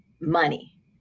money